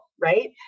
right